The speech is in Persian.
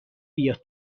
بیاد